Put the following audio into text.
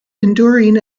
enduring